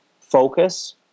focus